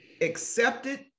accepted